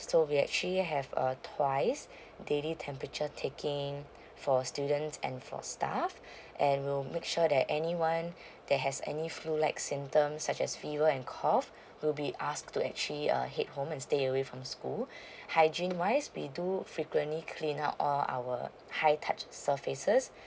so we actually have a twice daily temperature taking for students and for staff and we'll make sure that anyone there has any flu like symptom such as fever and cough will be asked to actually a head home and stay away from school hygiene wise we do frequently clean up all our high touch surfaces